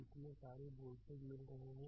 इतने सारे वोल्टेज मिल रहे हैं कि v2 0